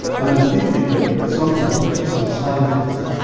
and i do think that some people, especially some scientists,